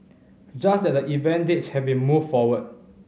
just that the event dates have been moved forward